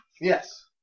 Yes